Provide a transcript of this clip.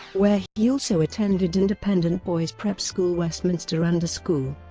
where he also attended independent boys' prep school westminster under school.